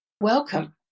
Welcome